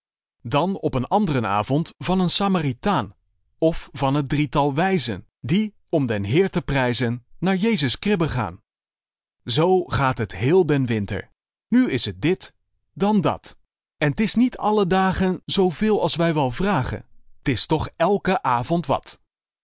dan op een and'ren avond van een samaritaan of van het drietal wijzen die om den heer te prijzen naar jezus kribbe gaan zoo gaat het heel den winter nu is het dit dan dat en is t niet alle dagen zooveel als wij wel vragen t is toch elke avond wat